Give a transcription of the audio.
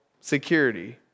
security